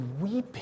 weeping